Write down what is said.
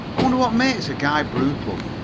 wonder what makes a guy brutal?